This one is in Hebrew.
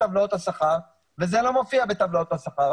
טבלאות השכר וזה לא מופיע בטבלאות השכר.